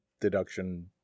deduction